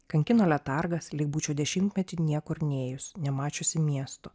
kankino letargas lyg būčiau dešimtmetį niekur nėjus nemačiusi miesto